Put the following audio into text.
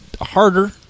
harder